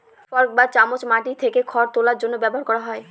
fork বা চামচ মাটি থেকে খড় তোলার জন্য ব্যবহার করা হয়